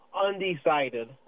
undecided